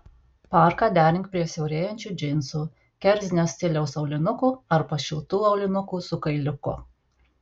parką derink prie siaurėjančių džinsų kerzinio stiliaus aulinukų arba šiltų aulinukų su kailiuku